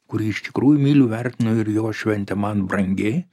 kurį iš tikrųjų myliu vertinu ir jo šventė man brangi